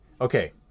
okay